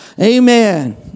Amen